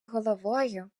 головою